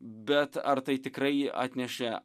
bet ar tai tikrai atnešė